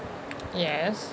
yes